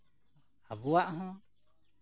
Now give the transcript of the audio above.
ᱟᱵᱚᱣᱟᱜ ᱦᱚᱸ